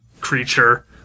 creature